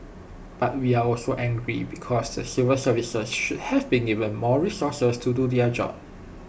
but we are also angry because the secret services should have been give more resources to do their job